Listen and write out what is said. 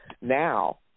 now